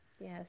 yes